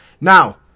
Now